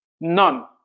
None